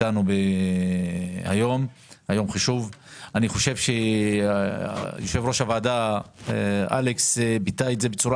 אני חושב שיושב ראש הוועדה אלכס ביטא בצורה